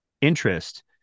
interest